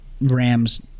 Rams